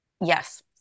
yes